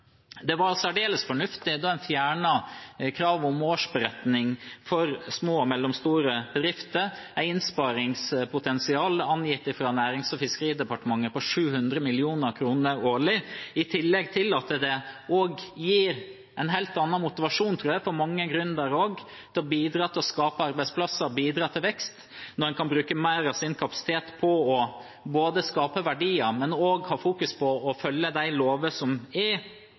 små og mellomstore bedrifter – et innsparingspotensial angitt fra Nærings- og fiskeridepartementet på 700 mill. kr årlig. I tillegg gir det en helt annen motivasjon, tror jeg, for mange gründere til å bidra til å skape arbeidsplasser og bidra til vekst når en kan bruke mer av sin kapasitet på både å skape verdier og fokusere på å følge de lovene som er,